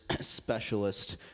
specialist